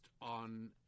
on